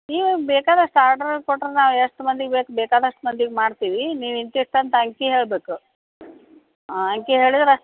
ನೀವು ಬೇಕಾದಷ್ಟು ಆರ್ಡ್ರ್ ಕೊಟ್ರೆ ನಾವು ಎಷ್ಟು ಮಂದಿಗೆ ಬೇಕು ಬೇಕಾದಷ್ಟು ಮಂದಿಗೆ ಮಾಡ್ತೀವಿ ನೀವು ಇಂತಿಷ್ಟು ಅಂತ ಅಂಕಿ ಹೇಳಬೇಕು ಆಂ ಅಂಕಿ ಹೇಳಿದ್ರೆ